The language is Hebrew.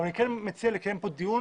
אבל אני כן מציע לך ליזום פה דיון